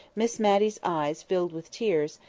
miss matty's eyes filled with tears,